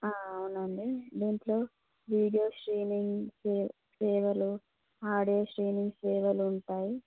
అవునండి దీంట్లో video screening క్రీ క్రీడలు ఆడే స్క్రీనింగ్ క్రీడలు ఉంటాయి